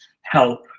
help